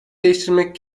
değiştirmek